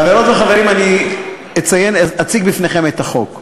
חברות וחברים, אני אציג בפניכם את החוק.